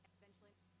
eventually